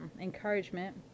encouragement